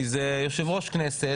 כי זה יושב ראש כנסת,